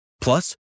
Plus